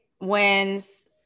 wins